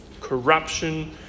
corruption